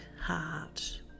heart